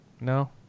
No